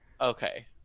okay